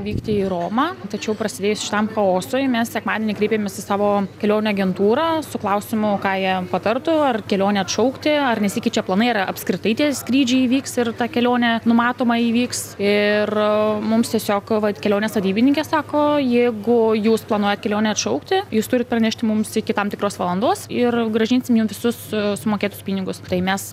vykti į romą tačiau prasidėjus šitam chaosui mes sekmadienį kreipėmės į savo kelionių agentūrą su klausimu ką jie patartų ar kelionę atšaukti ar nesikeičia planai ar yra apskritai tie skrydžiai įvyks ir ta kelionė numatoma įvyks ir mums tiesiog vat kelionės vadybininkė sako jeigu jūs planuojat kelionę atšaukti jūs turit pranešti mums iki tam tikros valandos ir grąžinsim jums visus sumokėtus pinigus tai mes